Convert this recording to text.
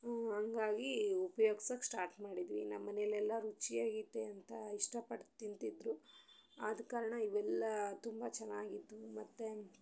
ಹಂಗಾಗಿ ಉಪ್ಯೋಗ್ಸಕ್ಕೆ ಸ್ಟಾರ್ಟ್ ಮಾಡಿದ್ವಿ ನಮ್ಮ ಮನೆಲ್ಲೆಲ್ಲ ರುಚ್ಯಾಗೈತೆ ಅಂತ ಇಷ್ಟಪಟ್ಟು ತಿಂತಿದ್ದರು ಆದ ಕಾರಣ ಇವೆಲ್ಲ ತುಂಬ ಚೆನ್ನಾಗಿತ್ತು ಮತ್ತು